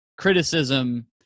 criticism